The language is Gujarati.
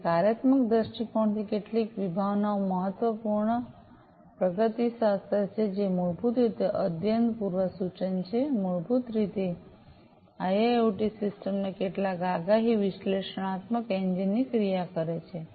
તેથી કાર્યાત્મક દ્રષ્ટિકોણથી કેટલીક વિભાવનાઓ મહત્વપૂર્ણ પ્રગતિશાસ્ત્ર છે જે મૂળભૂત રીતે અધ્યયન પૂર્વસૂચન છે મૂળભૂત રીતે આઇઆઇઓટી સિસ્ટમ ના કેટલાક આગાહી વિશ્લેષણાત્મક એન્જિન ની ક્રિયા છે